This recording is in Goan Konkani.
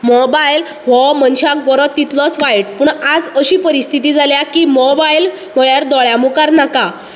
मोबायल हो मनशाक बरो तितकोच वायट पूण आयज अशी परिस्थिती जाल्या की मोबायल म्हळ्यार दोळ्या मुखार नाका